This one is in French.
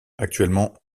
actuellement